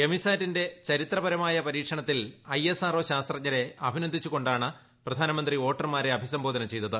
എമിസാറ്റിന്റെ ചരിത്രപരമായ പരീക്ഷണത്തിൽ I S R O ശാസ്ത്രജ്ഞരെ അഭിനന്ദിച്ചു കൊ ാണ് പ്രധാനമന്ത്രി വോട്ടർമാരെ അഭിസംബോധന ചെയ്തത്